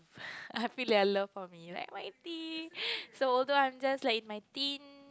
I feel their love for me like so although I'm just in my teen